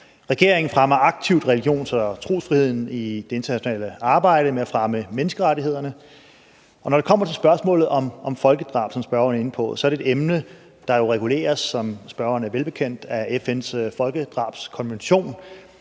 Regeringen fremmer aktivt religions- og trosfriheden i det internationale arbejde med at fremme menneskerettighederne. Når det kommer til spørgsmålet om folkedrab, som spørgeren er inde på, er det